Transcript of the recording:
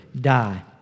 die